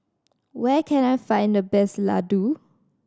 where can I find the best Ladoo